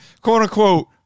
quote-unquote